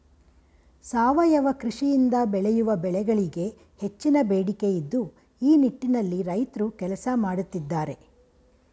ಸಾವಯವ ಕೃಷಿಯಿಂದ ಬೆಳೆಯುವ ಬೆಳೆಗಳಿಗೆ ಹೆಚ್ಚಿನ ಬೇಡಿಕೆ ಇದ್ದು ಈ ನಿಟ್ಟಿನಲ್ಲಿ ರೈತ್ರು ಕೆಲಸ ಮಾಡತ್ತಿದ್ದಾರೆ